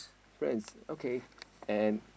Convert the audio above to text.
friends okay and